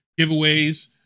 giveaways